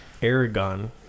Aragon